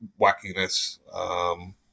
wackiness